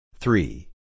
Three